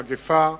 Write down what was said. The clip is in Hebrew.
למגפה,